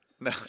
No